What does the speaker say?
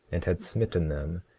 and had smitten them,